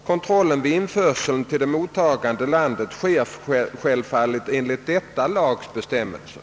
Kontrollen vid in förseln till det mottagande landet sker självfallet enligt detta lands bestämmelser.